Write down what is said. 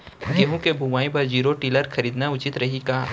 गेहूँ के बुवाई बर जीरो टिलर खरीदना उचित रही का?